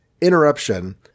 Interruption